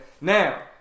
Now